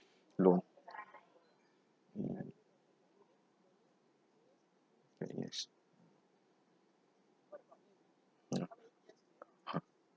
loan mm ten years ya ha